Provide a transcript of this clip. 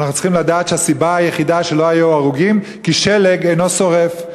אנחנו צריכים לדעת שהסיבה היחידה שלא היו הרוגים היא כי שלג אינו שורף.